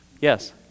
Yes